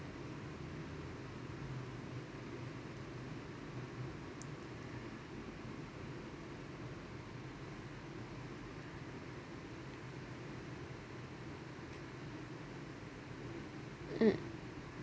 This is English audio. mm